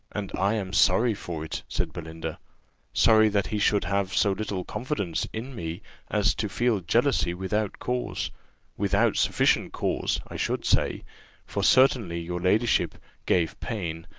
and i am sorry for it, said belinda sorry that he should have so little confidence in me as to feel jealousy without cause without sufficient cause, i should say for certainly your ladyship gave pain,